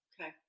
Okay